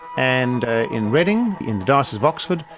and ah in reading, in the diocese of oxford,